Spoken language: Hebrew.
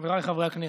חבריי חברי הכנסת,